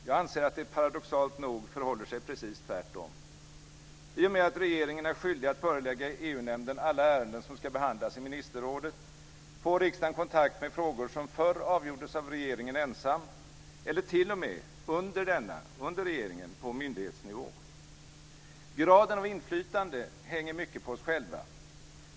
Jag anser att det paradoxalt nog förhåller sig precis tvärtom. I och med att regeringen är skyldig att förelägga EU-nämnden alla ärenden som ska behandlas i ministerrådet får riksdagen kontakt med frågor som förr avgjordes av regeringen ensam eller t.o.m. under regeringen på myndighetsnivå. Graden av inflytande hänger mycket på oss själva.